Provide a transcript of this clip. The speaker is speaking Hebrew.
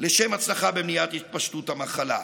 לשם הצלחה במניעת התפשטות המחלה.